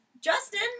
Justin